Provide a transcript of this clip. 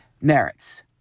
merits